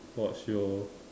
watch show